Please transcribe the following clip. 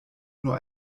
nur